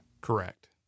Correct